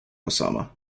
osama